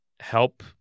Help